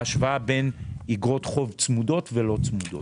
ההשוואה בין אגרות חוב צמודות ולא צמודות.